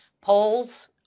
polls